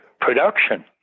production